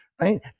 right